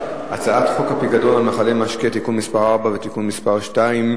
הצעת חוק הפיקדון על מכלי משקה (תיקון מס' 4) (תיקון מס' 2)